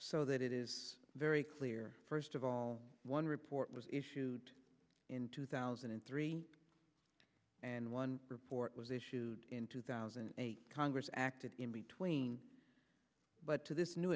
so that it is very clear first of all one report was issued in two thousand and three and one report was issued in two thousand and eight congress acted in between but to this new